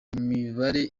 imibare